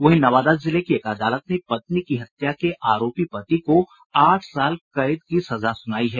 वहीं नवादा जिले की एक अदालत ने पत्नी की हत्या के आरोपी पति को आठ साल कैद की सजा सुनायी है